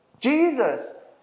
Jesus